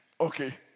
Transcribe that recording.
Okay